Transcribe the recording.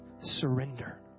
surrender